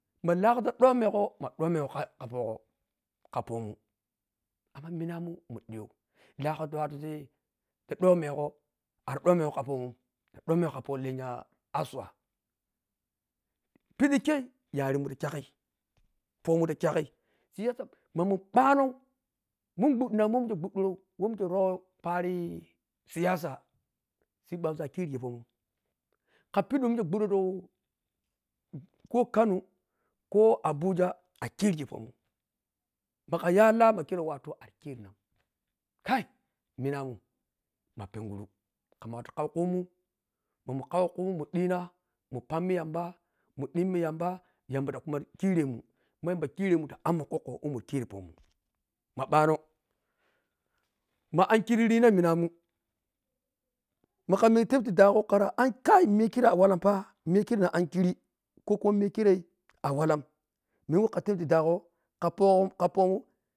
Amh lahgho ta dhomegho ta dhomegho kha phogho kha phomun amma minamun mundhiyho siɓɓa ti watu ti dhomegho arridhimegho kha phomun dhandhaomegho kha pholenyha asuwa khizehhke yaremun tikyaghe phomun takyaghe tiye so mamun bwanho munghwadhinamun wah mihke gbwandhirow hwamikhe rhoparii siyasa sibbasun akhirigi phomun khanpena ko mikhe gbawadhi tu kano ko abuja a khirigi ehomin ma khayho lah mak makhero watu ka minamun ma penguru kwarna watu khaukhauam maman khaushumun mundhinha mun pmmi yambamundhem yamba ta kuma khiremun ma yamba khiremun ta abmun kwokwo mamun khiri phomar ma bwanho ma ankhiri rina minamun ma khamengi miyakhire a wallam oeh miyakhirenhi ankhiriko kuwa miya ankhiri ko kuwa miya khirai a wallam memako khan taph dhagho khahpo khaphomun.